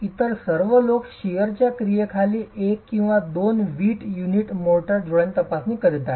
इतर सर्व लोक शिअरच्या क्रियेखाली एक किंवा दोन वीट युनिट मोर्टार जोडांची तपासणी करीत आहेत